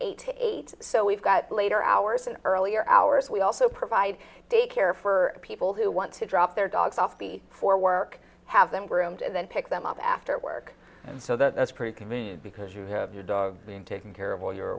eight to eight so we've got later hours and earlier hours we also provide daycare for people who want to drop their dogs off beat for work have them groomed and then pick them up after work and so that's pretty convenient because you have your dog being taken care of while you